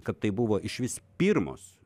kad tai buvo išvis pirmos